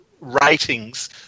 ratings